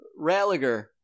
Ralliger